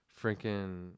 freaking